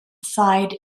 side